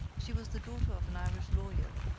she was the daughter of an irish lawyer,